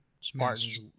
Spartans